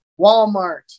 Walmart